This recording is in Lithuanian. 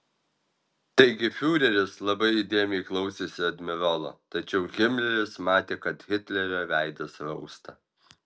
taigi fiureris labai įdėmiai klausėsi admirolo tačiau himleris matė kad hitlerio veidas rausta